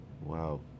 Wow